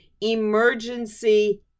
emergency